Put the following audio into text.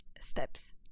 steps